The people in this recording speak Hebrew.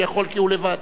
שיכול כי הוא לבד.